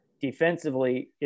defensively